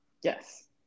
Yes